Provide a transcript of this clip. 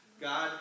God